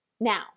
now